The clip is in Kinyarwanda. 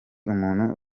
umuntu